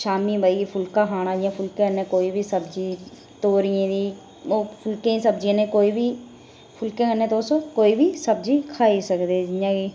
शामीं बेहियै फुल्का खाना ते फुल्के कन्नै कोई बी सब्जी तोरियें दी ओह् फुल्कें कन्नै कोई बी सब्जी फुल्कें कन्नै तुस कोई बी सब्जी खाई सकदे तुस